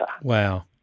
Wow